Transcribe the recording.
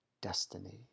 Destiny